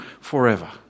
forever